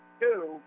two